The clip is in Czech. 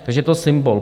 Takže je to symbol.